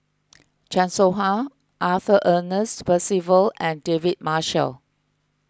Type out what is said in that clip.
Chan Soh Ha Arthur Ernest Percival and David Marshall